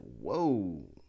whoa